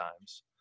times